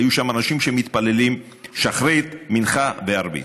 והיו שם אנשים שמתפללים שחרית, מנחה וערבית.